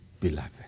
beloved